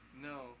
No